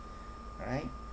right